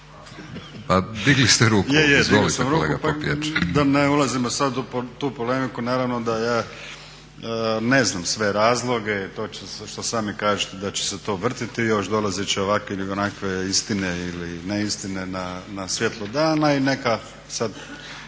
Pa digli ste ruku, izvolite. **Popijač,